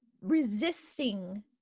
resisting